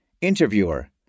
Interviewer